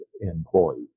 employees